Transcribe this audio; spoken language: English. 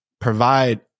provide